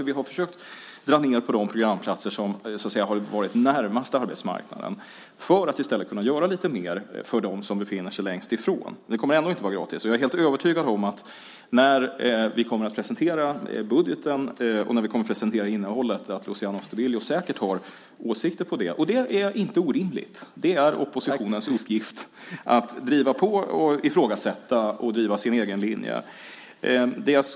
Vi har dragit ned på de programplatser som så att säga har varit närmast arbetsmarknaden för att vi i stället ska kunna göra lite mer för dem som befinner sig längst från arbetsmarknaden. Men det kommer ändå inte att vara gratis. När vi presenterar budgeten och innehållet kommer Luciano Astudillo säkert att ha åsikter om det. Och det är inte orimligt. Det är oppositionens uppgift att driva på och ifrågasätta och driva sin egen linje.